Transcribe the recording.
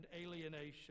alienation